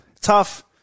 tough